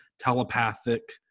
telepathic